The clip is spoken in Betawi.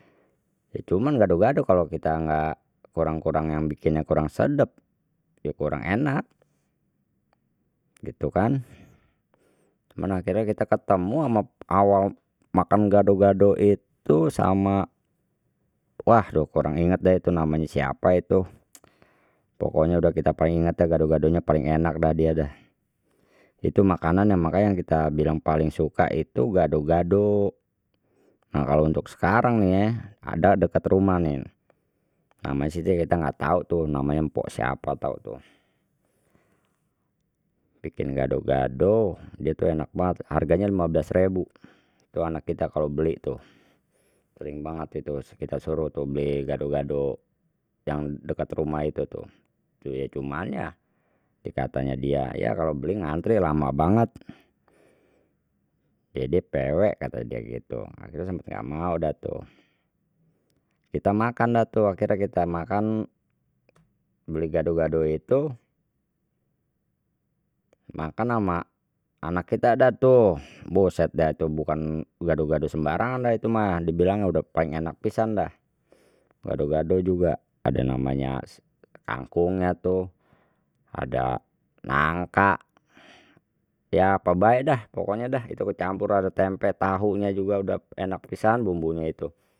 Cuman gado gado kalau kita nggak kurang kurang yang bikinnya kurang sedep ya kurang enak, gitu kan cuman akhirnye kita ketemu ama makan gado gado itu sama wah duh kurang inget deh tuh namanye siapa itu pokoknya dah kita paling inget dah gado gadonya paling enak dah dia dah, itu makanan yang makanya yang kita bilang paling suka itu gado gado, nah kalau untuk sekarang nih ada deket rumah ni, namanya sih kita nggak tau tu namanya mpok siapa tau tu, bikin gado gado dia tu enak banget harganya lima belas rebu tu anak kita kalau beli tu sering banget tu kita suruh beli gado gado yang deket rumah itu tu, cuman ya dikatanya dia ya kalau beli ngantre lama banget, ya dia pw kata dia gitu akhirnya sempet nggak mau dah tu, kita makan dah tu akhirnye kita makan beli gado gado itu, makan ama anak kita dah tu buset deh tu bukan gado gado sembarangan dah itu mah dibilangnya paling enak pisan dah, gado gado juga ada namanya kangkungnya tu ada nangka ya apa bae dah pokoknya dah itu campur ada tempe tahunya juga udah enak pisan bumbunya itu.